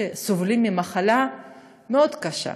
שסובלים ממחלה מאוד קשה.